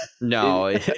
no